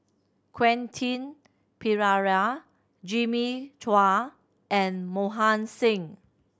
Quentin Pereira Jimmy Chua and Mohan Singh